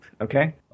Okay